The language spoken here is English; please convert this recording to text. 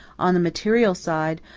on the material side,